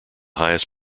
highest